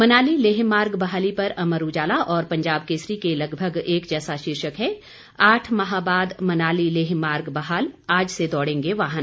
मनाली लेह मार्ग बहाली पर अमर उजाला और पंजाब केसरी के लगभग एक जैसा शीर्षक है आठ माह बाद मनाली लेह मार्ग बहाल आज से दौड़ेंगे वाहन